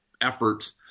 efforts